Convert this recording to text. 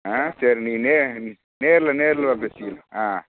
ஆ சரி நீங்கள் நேர் நேரில் நேரில் வா பேசிக்கலாம் ஆ